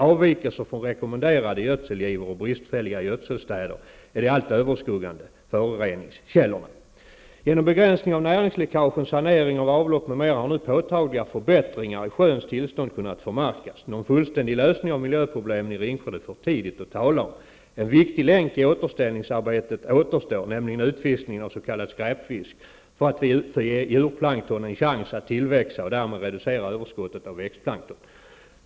Avvikelser från rekommenderade gödselgivor och bristfälliga gödselstäder är de allt överskuggande föroreningskällorna. Genom begränsning av näringsläckagen, sanering av avlopp m.m. har nu påtagliga förbättringar i sjöns tillstånd kunnat förmärkas. Någon fullständig lösning av miljöproblemen i Ringsjön är det för tidigt att tala om. En viktig länk i återställningsarbetet återstår, nämligen utfiskningen av s.k. skräpfisk för att ge djurplankton en chans att tillväxa och därmed reducera överskottet av växtplankton.